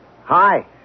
Hi